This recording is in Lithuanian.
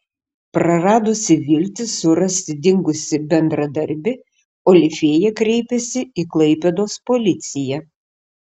praradusi viltį surasti dingusį bendradarbį olifėja kreipėsi į klaipėdos policiją